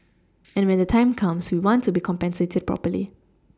and when the time comes we want to be compensated properly